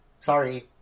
sorry